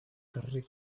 carrer